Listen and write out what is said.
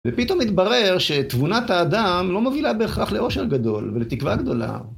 ופתאום התברר שתבונת האדם לא מובילה בהכרח לאושר גדול ולתקווה גדולה.